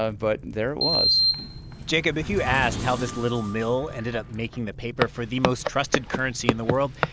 ah and but there it was jacob, if you asked how this little mill ended up making the paper for the most trusted currency in the world,